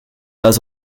pas